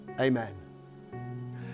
Amen